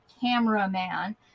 cameraman